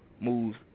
moves